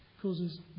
causes